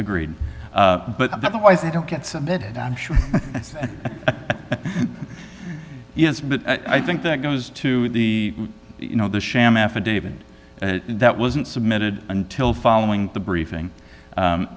agreed but not always they don't get submitted i'm sure yes but i think that goes to the you know the sham affidavit that wasn't submitted until following the briefing